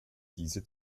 diese